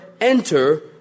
enter